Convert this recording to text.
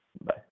Bye